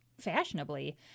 fashionably